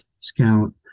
discount